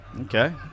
Okay